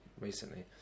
recently